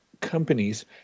companies